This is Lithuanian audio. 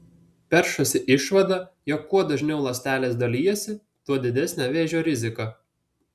peršasi išvada jog kuo dažniau ląstelės dalijasi tuo didesnė vėžio rizika